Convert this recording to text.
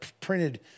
printed